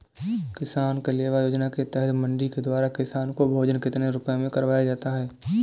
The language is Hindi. किसान कलेवा योजना के तहत मंडी के द्वारा किसान को भोजन कितने रुपए में करवाया जाता है?